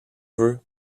veut